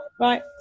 Right